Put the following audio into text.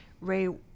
Ray